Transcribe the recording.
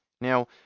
Now